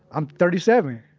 i'm thirty seven.